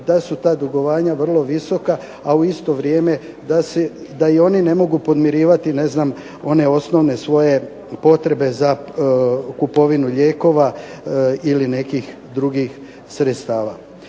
da su ta dugovanja vrlo visoka, a u isto vrijeme da i oni ne mogu podmirivati one osnovne svoje potrebe za kupovinu lijekova ili nekih drugih sredstava.